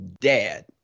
dad